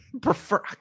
prefer –